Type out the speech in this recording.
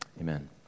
amen